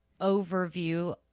overview